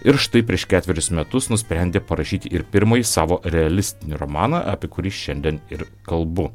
ir štai prieš ketverius metus nusprendė parašyti ir pirmąjį savo realistinį romaną apie kurį šiandien ir kalbu